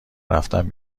رفتن